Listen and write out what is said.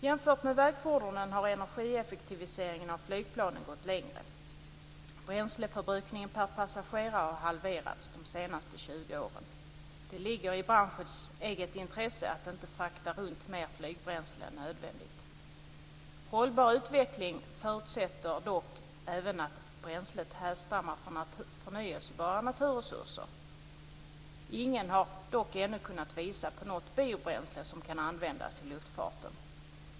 Jämfört med vägfordonen har energieffektiviseringen av flygplanen gått längre. Bränsleförbrukningen per passagerare har halverats de senaste 20 åren. Det ligger i branschens eget intresse att inte frakta runt mer flygbränsle än nödvändigt. Hållbar utveckling förutsätter dock även att bränslet härstammar från förnybara naturresurser. Ingen har emellertid ännu kunnat visa på något biobränsle som kan användas i luftfarten.